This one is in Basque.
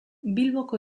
bilboko